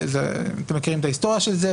אתם מכירים את ההיסטוריה של זה.